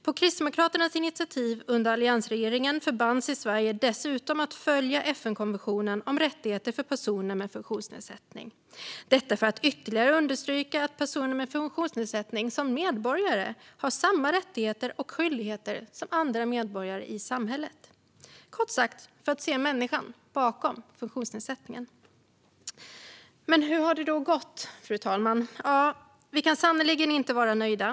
På Kristdemokraternas initiativ förband sig Sverige under alliansregeringen dessutom att följa FN-konventionen om rättigheter för personer med funktionsnedsättning - detta för att ytterligare understryka att personer med funktionsnedsättning har samma rättigheter och skyldigheter som andra medborgare i samhället, kort sagt för att se människan bakom funktionsnedsättningen. Men hur har det då gått, fru talman? Ja, vi kan sannerligen inte vara nöjda.